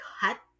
cut